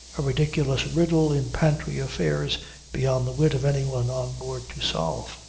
a ridiculous riddle in pantry-affairs beyond the wit of anyone on board to solve.